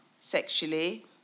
sexually